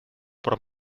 por